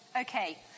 okay